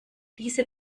diese